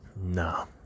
No